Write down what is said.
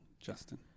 Justin